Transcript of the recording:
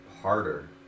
harder